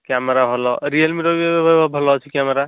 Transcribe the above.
camera ଭଲ realme ର ବି ଭଲ ଅଛି କ୍ୟାମେରା